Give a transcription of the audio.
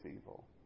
evil